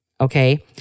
okay